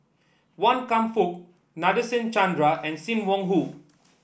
Wan Kam Fook Nadasen Chandra and Sim Wong Hoo